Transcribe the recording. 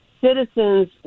citizens